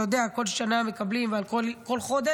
אתה יודע, כל שנה מקבלים על כל חודש,